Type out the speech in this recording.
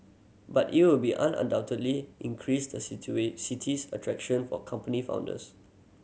but it will be undoubtedly increase the city's attraction for company founders